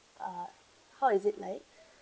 uh how is it like